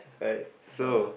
like so